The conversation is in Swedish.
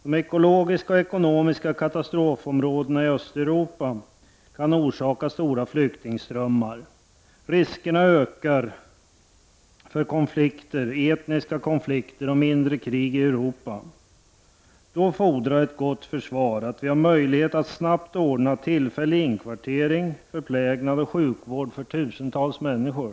De ekologiska och ekonomiska katastrofområdena i Östeuropa kan orsaka stora flyktingströmmar. Riskerna för etniska konflikter och mindre krig i Europa ökar. Ett gott försvar fordrar att vi har möjlighet att snabbt ordna tillfällig inkvartering, förplägnad och sjukvård för tusentals människor.